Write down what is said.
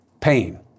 pain